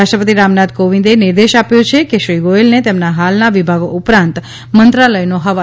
રાષ્ટ્રપતિ રામ નાથ કોવિંદે નિર્દેશ આપ્યો છે કે શ્રી ગોયલને તેમના હાલના વિભાગો ઉપરાંત મંત્રાલયનો હવાલો સોંપવો